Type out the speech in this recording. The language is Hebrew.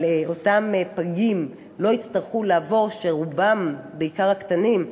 אבל אותם פגים, רובם, בעיקר הקטנים,